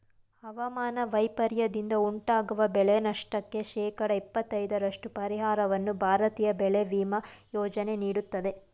ಹವಾಮಾನ ವೈಪರೀತ್ಯದಿಂದ ಉಂಟಾಗುವ ಬೆಳೆನಷ್ಟಕ್ಕೆ ಶೇಕಡ ಇಪ್ಪತೈದರಷ್ಟು ಪರಿಹಾರವನ್ನು ಭಾರತೀಯ ಬೆಳೆ ವಿಮಾ ಯೋಜನೆ ನೀಡುತ್ತದೆ